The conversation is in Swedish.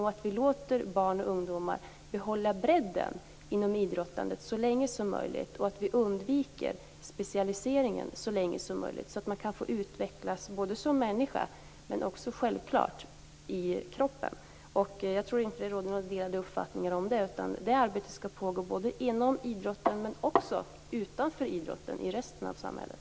Vi måste också låta barn och ungdomar behålla bredden inom idrottandet och undvika specialiseringen så länge som möjligt, så att man kan utvecklas både som människa och självklart också kroppsligt. Jag tror inte att det råder några delade uppfattningar om det. Detta arbete skall pågå både inom idrotten och utanför, i resten av samhället.